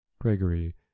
Gregory